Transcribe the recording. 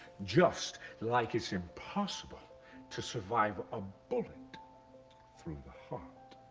just, like it's impossible to survive a bullet through the heart.